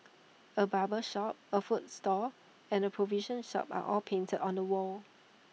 A barber shop A fruit stall and A provision shop are all painted on the wall